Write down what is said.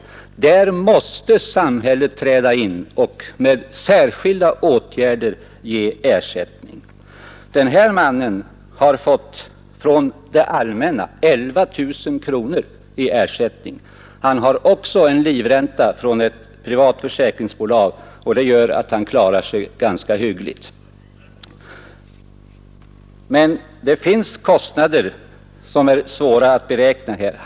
Nr 36 Där måste samhället träda in och med särskilda åtgärder ge ersättning. Onsdagen den Den här mannen har från det allmänna fått cirka 11 000 kronor. Han har 8 mars 1972 också en livränta från ett privat försäkringsbolag, och det gör att han ————-—— klarar sig ganska hyggligt. Men det finns kostnader som är svåra att SKA EID beräkna.